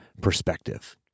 perspective